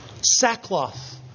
Sackcloth